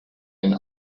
and